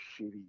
shitty